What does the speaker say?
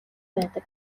байдаг